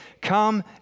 come